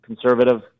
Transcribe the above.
conservative